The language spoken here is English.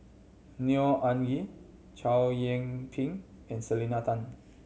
Neo Anngee Chow Yian Ping and Selena Tan